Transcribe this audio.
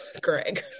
Greg